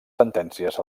sentències